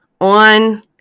on